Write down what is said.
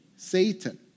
satan